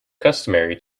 customary